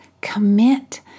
commit